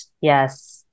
yes